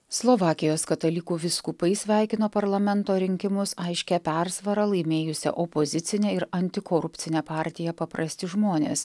slovakijos katalikų vyskupai sveikino parlamento rinkimus aiškia persvara laimėjusią opozicinę ir antikorupcinę partiją paprasti žmonės